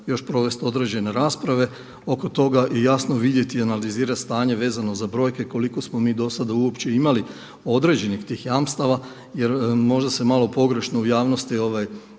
još provesti određene rasprave oko toga i jasno vidjeti i analizirati stanje vezano za brojke koliko smo mi do sada uopće imali određenih tih jamstava jer možda se malo pogrešno u javnosti